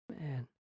Man